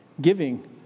giving